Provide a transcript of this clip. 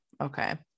okay